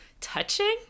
touching